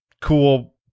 cool